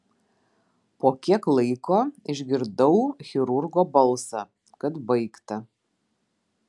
po kiek laiko išgirdau chirurgo balsą kad baigta